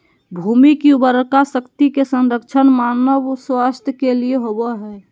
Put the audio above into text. भूमि की उर्वरा शक्ति के संरक्षण मानव स्वास्थ्य के लिए होबो हइ